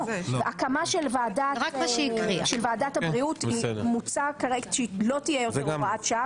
הקמה של ועדת הבריאות מוצע כרגע שהיא לא תהיה כהוראת שעה,